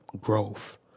growth